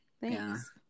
Thanks